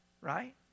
right